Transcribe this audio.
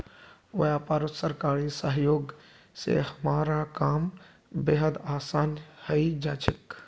व्यापारत सरकारी सहयोग स हमारा काम बेहद आसान हइ जा छेक